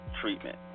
treatment